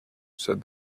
said